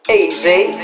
Easy